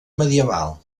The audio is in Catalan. medieval